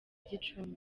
gicumbi